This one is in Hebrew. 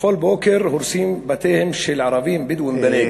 בכל בוקר הורסים את בתיהם של ערבים בדואים בנגב.